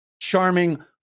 Charming